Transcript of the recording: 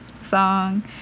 song